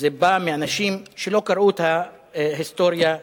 זה בא מאנשים שלא קראו את ההיסטוריה שלהם,